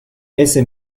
ese